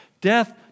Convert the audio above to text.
Death